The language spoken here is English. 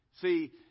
See